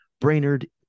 Brainerd